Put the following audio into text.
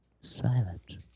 silent